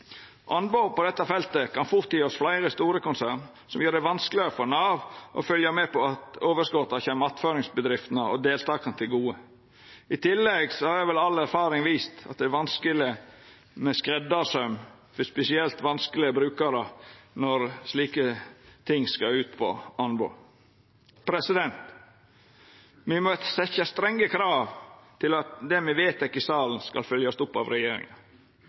Anbod på dette feltet kan fort gje oss fleire store konsern, som gjer det vanskelegare for Nav å følgja med på at overskota kjem attføringsbedriftene og deltakarane til gode. I tillegg har vel all erfaring vist at det er vanskeleg med skreddarsaum for brukarar som har det spesielt vanskeleg, når slike ting skal ut på anbod. Me må setja strenge krav til at det me vedtek i salen, skal følgjast opp av regjeringa.